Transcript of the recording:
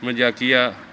ਮਜ਼ਾਕੀਆ